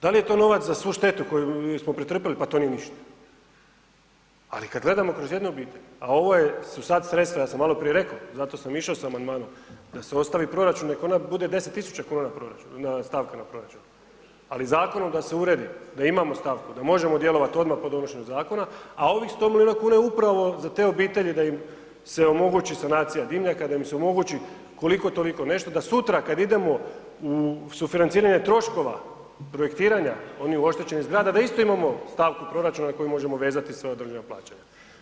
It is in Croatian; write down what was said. Da li je to novac za svu štetu koju smo pretrpili, pa to nije ništa, ali kad gledamo kroz jednu obitelj, a ovo su sad sredstva, ja sam maloprije reko, zato sam išao sa amandmanom, da se ostavi proračun neka ona bude 10 000 kuna stavka na proračunu ali zakonom da se uredi da imamo stavku, da možemo djelovat odmah po donošenju zakona, a ovih 100 milijuna je upravo za te obitelji da im se omogući sanacija dimnjaka, da im se omogući koliko toliko nešto da su sutra kad idemo u sufinanciranje troškova i projektiranja onih oštećenih zgrada, da isto imamo stavku proračuna koji možemo vezati sva određena plaćanja.